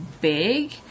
big